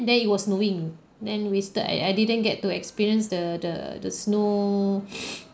then it was snowing then wasted I I didn't get to experience the the the snow